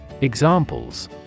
Examples